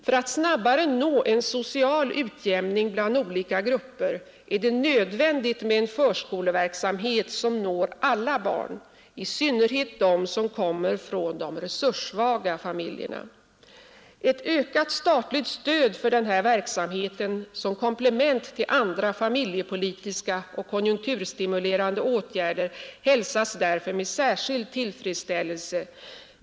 För att snabbare nå en social utjämning bland olika grupper är det nödvändigt att man har en förskoleverksamhet som når alla barn — i synnerhet dem som kommer från de resurssvaga familjerna. Ett ökat statligt stöd för denna verksamhet som komplement till andra familjepolitiska och konjunkturstimulerande åtgärder hälsas därför med särskild tillfredsställelse.